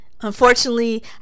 unfortunately